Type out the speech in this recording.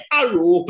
arrow